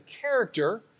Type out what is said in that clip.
character